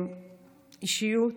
אתה אישיות,